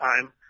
time